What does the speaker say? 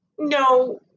No